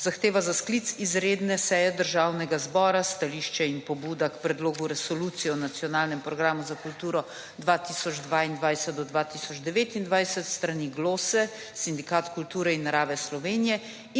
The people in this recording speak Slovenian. zahteva za sklic izredne seje Državnega zbora, stališče in pobuda k predlogu Resolucije o Nacionalnem programu za kulturo 2022-2029 s strani Glose – Sindikat kulture in narave Slovenije